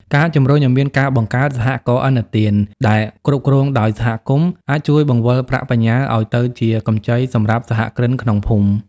ការជំរុញឱ្យមានការបង្កើត "សហករណ៍ឥណទាន" ដែលគ្រប់គ្រងដោយសហគមន៍ អាចជួយបង្វិលប្រាក់បញ្ញើឱ្យទៅជាកម្ចីសម្រាប់សហគ្រិនក្នុងភូមិ។